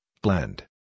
blend